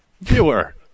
viewer